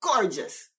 gorgeous